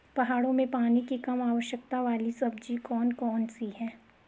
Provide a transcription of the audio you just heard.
पहाड़ों में पानी की कम आवश्यकता वाली सब्जी कौन कौन सी हैं?